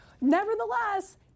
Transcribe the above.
Nevertheless